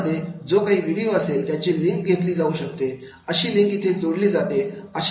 यामध्ये जो काही व्हिडिओ असेल त्याची लिंक घेतली जाऊ शकते अशी लिंक इथे जोडली जाते